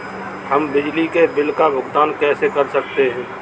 हम बिजली के बिल का भुगतान कैसे कर सकते हैं?